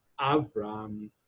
Avram